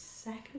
Second